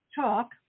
talk